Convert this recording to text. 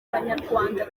abanyarwanda